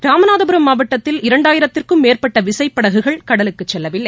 ராமநாதபுரம் மாவட்டத்தில் இரண்டாயிரத்திற்கும் மேற்பட்ட விசைப்படகுகள் கடலுக்குச் செல்லவில்லை